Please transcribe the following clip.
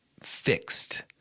fixed